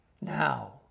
now